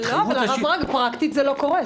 בהתחייבות --- לא, אבל פרקטית זה לא קורה.